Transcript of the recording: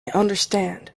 understand